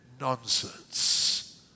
nonsense